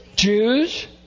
Jews